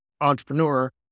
entrepreneur